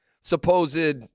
supposed